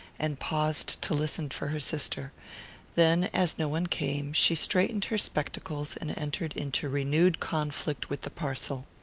and paused to listen for her sister then, as no one came, she straightened her spectacles and entered into renewed conflict with the parcel.